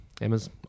Emma's